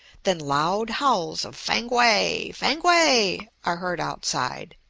than loud howls of fankwae. fankwae! are heard outside,